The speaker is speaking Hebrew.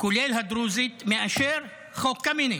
כולל הדרוזית, מאשר חוק קמיניץ.